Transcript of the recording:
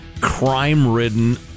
crime-ridden